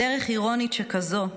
בדרך אירונית שכזאת,